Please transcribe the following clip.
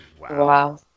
Wow